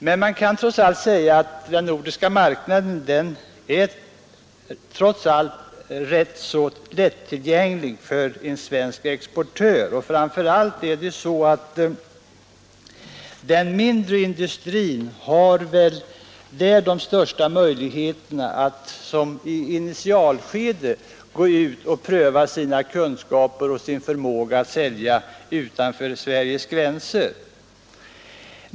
Man kan trots allt säga att den nordiska marknaden är rätt lättillgänglig för en svensk exportör. Framför allt har väl den mindre industrin där de största möjligheterna att i ett initialskede gå ut och pröva sina kunskaper och sin förmåga att sälja utanför Sveriges gränser.